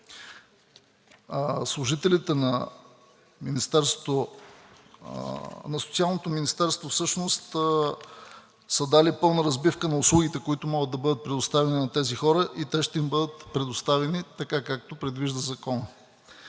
Служителите на Социалното министерство всъщност са дали пълна разбивка на услугите, които могат да бъдат предоставени на тези хора и те ще им бъдат предоставени така, както предвижда законът.